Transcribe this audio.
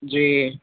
جی